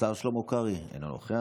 השר שלמה קרעי, אינו נוכח.